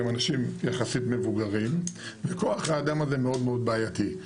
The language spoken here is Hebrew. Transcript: הם גם אנשים יחסית מבוגרים וכח האדם הזה מאוד מאוד בעייתי.